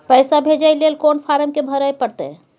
पैसा भेजय लेल कोन फारम के भरय परतै?